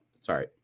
sorry